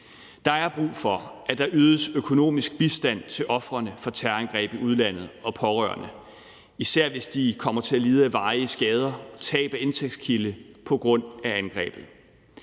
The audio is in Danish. Der er brug for, at der ydes økonomisk bistand til ofrene for terrorangreb i udlandet og pårørende, især hvis de kommer til at lide af varige skader og tab af indtægtskilde på grund af angrebet.